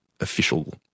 official